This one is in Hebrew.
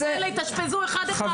--- יתאשפזו אחד אחד.